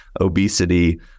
obesity